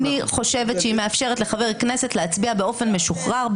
אני חושבת שהיא מאפשרת לחבר כנסת להצביע באופן משוחרר,